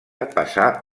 passà